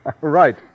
Right